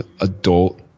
adult